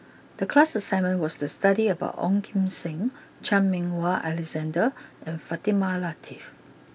the class assignment was to study about Ong Kim Seng Chan Meng Wah Alexander and Fatimah Lateef